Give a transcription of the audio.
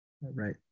Right